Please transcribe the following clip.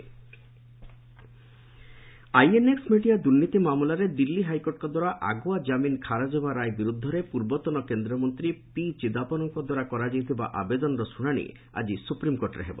SC P Chidambaram INX media ଦୁର୍ନୀତି ମାମଲାରେ ଦିଲ୍ଲୀ ହାଇକୋର୍ଟଙ୍କ ଦ୍ୱାରା ଆଗୁଆ ଜାମିନ୍ ଖାରଜ ହେବା ରାୟ ବିରୁଦ୍ଧରେ ପୂର୍ବତନ କେନ୍ଦ୍ରମନ୍ତ୍ରୀ ପି ଚିଦାମ୍ଘରମ୍ଙ୍କ ଦ୍ୱାରା କରାଯାଇଥିବା ଆବେଦନର ଶୁଣାଣୀ ଆଜି ସୁପ୍ରିମ୍କୋର୍ଟରେ ହେବ